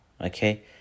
Okay